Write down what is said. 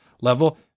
level